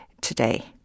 today